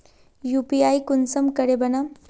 UPI कुंसम करे बनाम?